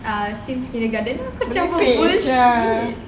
uh since kindergarten aku macam merepek sia